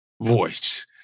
voice